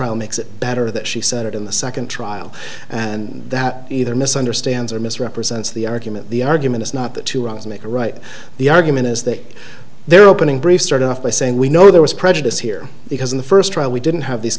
trial makes it better that she said it in the second trial and that either misunderstands or misrepresents the argument the argument is not that two wrongs make a right the argument is that their opening brief started off by saying we know there was prejudice here because in the first trial we didn't have these